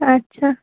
আচ্ছা